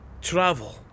travel